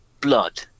Blood